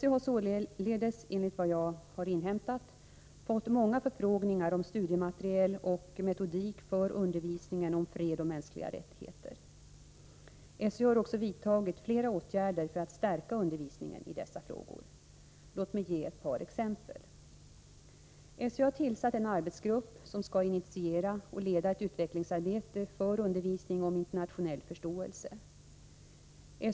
SÖ har således enligt vad jag har inhämtat fått många förfrågningar mänskliga rättigheom studiematerial och metodik för undervisning om fred och om mänskliga enär m 8 rättigheter. SÖ har också vidtagit flera åtgärder för att stärka undervisningen i dessa frågor. Låt mig ge ett par exempel. SÖ har tillsatt en arbetsgrupp som skall initiera och leda ett utvecklingsarbete för undervisning om internationell förståelse.